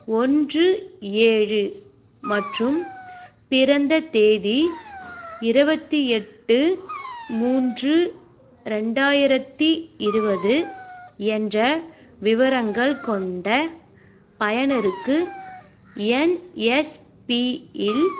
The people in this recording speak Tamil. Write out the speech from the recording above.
ஒன்று ஏழு மற்றும் பிறந்த தேதி இருபத்தி எட்டு மூன்று ரெண்டாயிரத்தி இருபது என்ற விவரங்கள் கொண்ட பயனருக்கு என்எஸ்பியில்